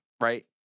right